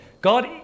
God